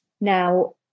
Now